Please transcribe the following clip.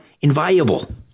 inviolable